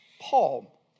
Paul